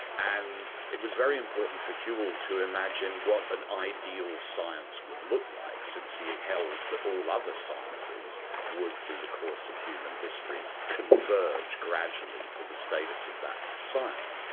and it was very important for whewell to imagine what an ideal science would look like, since he had ah held that all other sciences would, through the course of human history, converge gradually to the status of that science,